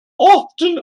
often